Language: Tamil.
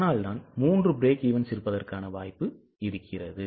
அதனால்தான் 3 பிரேக் ஈவன்ஸ் இருப்பதற்கான வாய்ப்பு இருந்தது